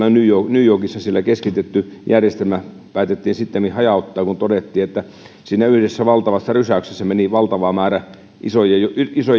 new yorkissa siellä keskitetty järjestelmä päätettiin sittemmin hajauttaa kun todettiin että siinä yhdessä valtavassa rysäyksessä meni valtava määrä isojen